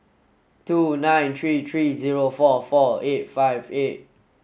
two nine three three zero four four eight five eight